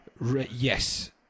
Yes